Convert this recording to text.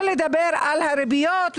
שלא לדבר על הריביות,